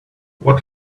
what